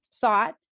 thought